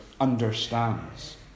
understands